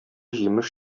җимеш